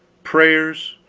prayers,